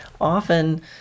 Often